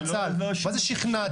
מה זה שכנעתם אותם?